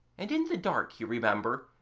and in the dark, you remember,